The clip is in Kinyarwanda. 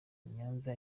nyanza